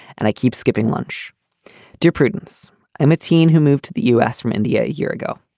and i keep skipping lunch dear prudence i'm a teen who moved to the us from india a year ago.